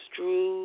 Drew